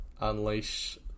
Unleash